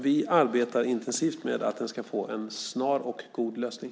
Vi arbetar intensivt med att den ska få en snar och god lösning.